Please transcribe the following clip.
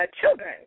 children